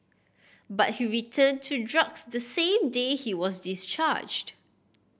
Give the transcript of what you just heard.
but he returned to drugs the same day he was discharged